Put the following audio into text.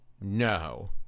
no